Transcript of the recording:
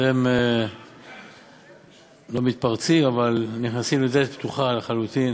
אתם לא מתפרצים אבל נכנסים לדלת פתוחה לחלוטין.